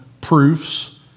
proofs